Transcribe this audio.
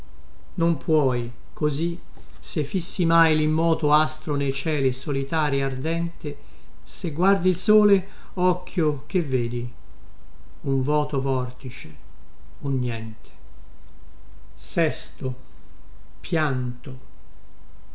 non puoi così se fissi mai limmoto astro nei cieli solitari ardente se guardi il sole occhio che vedi un vòto vortice un niente